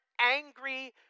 angry